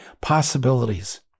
possibilities